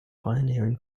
pioneering